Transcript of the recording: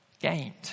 gained